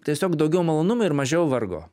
tiesiog daugiau malonumų ir mažiau vargo